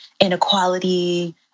inequality